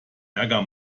ärger